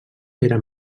era